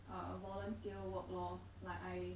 uh volunteer work lor like I